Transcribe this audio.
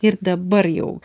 ir dabar jau